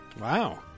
Wow